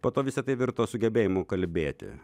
po to visa tai virto sugebėjimu kalbėti